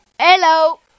Hello